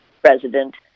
president